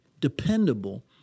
dependable